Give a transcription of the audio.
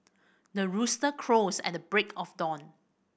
the rooster crows at the break of dawn